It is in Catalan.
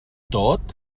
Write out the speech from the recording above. tot